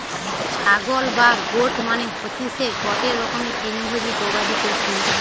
ছাগল বা গোট মানে হতিসে গটে রকমের তৃণভোজী গবাদি পশু